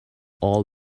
all